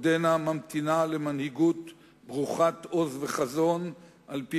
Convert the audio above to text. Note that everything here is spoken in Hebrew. עודנה ממתינה למנהיגות ברוכת עוז וחזון על-פי